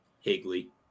Higley